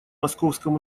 московском